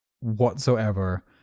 whatsoever